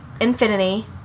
infinity